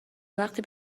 وقتی